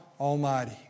Almighty